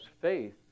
faith